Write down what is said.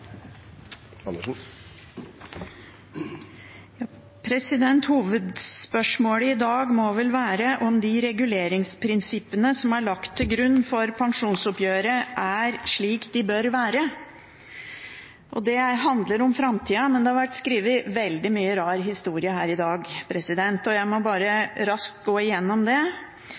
slik de bør være. Det handler om framtida, men det har vært skrevet veldig mye rar historie her i dag, og jeg må bare raskt gå igjennom det.